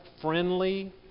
friendly